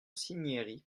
cinieri